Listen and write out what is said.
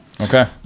Okay